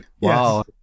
wow